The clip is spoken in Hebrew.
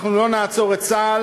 אנחנו לא נעצור את צה"ל,